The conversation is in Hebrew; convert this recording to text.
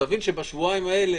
תבין שבשבועיים האלה,